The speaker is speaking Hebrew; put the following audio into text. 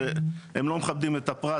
שהם לא מכבדים את הפרט,